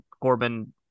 Corbin